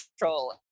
control